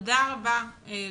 תודה רבה ליאנה.